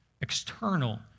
external